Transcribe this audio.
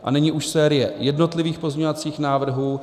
A nyní už série jednotlivých pozměňovacích návrhů.